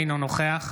אינו נוכח